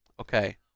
Okay